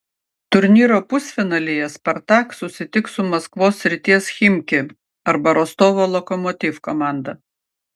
turnyro pusfinalyje spartak susitiks su maskvos srities chimki arba rostovo lokomotiv komanda